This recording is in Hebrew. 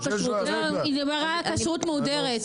היא דיברה על הכשרות המהודרת.